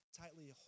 tightly